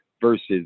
versus